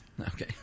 Okay